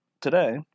today